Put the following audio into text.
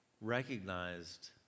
recognized